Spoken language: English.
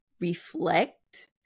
reflect